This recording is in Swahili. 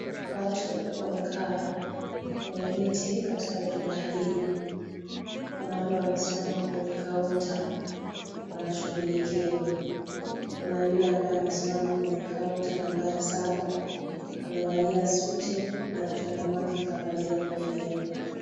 Watu wamekaa kwenye viti katika jumba hili, kuna wale wamesimama kwenye counter wanashughulikiwa, kuna yule ambaye amesimama kwenye counter nambari saba amevalia suti na kichwani mwake kavalia kofia.